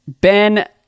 ben